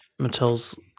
Mattel's